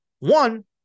One